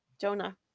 jonah